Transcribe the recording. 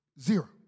zero